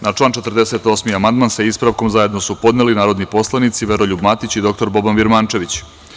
Na član 48. amandman, sa ispravkom, zajedno su podneli narodni poslanici Veroljub Matić i dr Boban Birmančević.